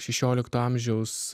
šešiolikto amžiaus